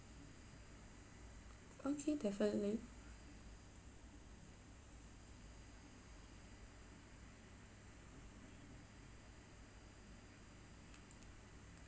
okay definitely